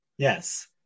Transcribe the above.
Yes